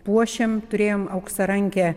puošėm turėjom auksarankę